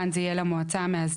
כאן זה יהיה למועצה המאסדרת,